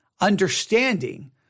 understanding